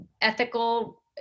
ethical